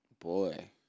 boy